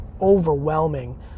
overwhelming